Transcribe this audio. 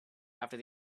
after